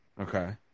Okay